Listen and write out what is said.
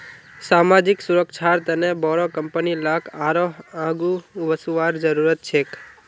सामाजिक सुरक्षार तने बोरो कंपनी लाक आरोह आघु वसवार जरूरत छेक